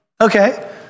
Okay